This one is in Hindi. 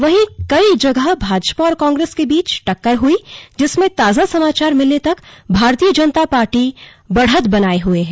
वहीं कई जगह भाजपा और कांग्रेस के बीच टक्कर हुई जिसमें ताजा समाचार मिलने तक भारतीय जनता पार्टी बढ़त बनाये हुए हैं